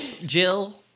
jill